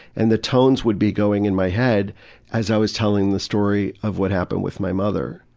and the tones would be going in my head as i was telling the story of what happened with my mother.